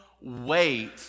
wait